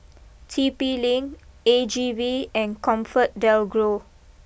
T P Link A G V and ComfortDelGro